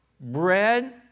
bread